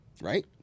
Right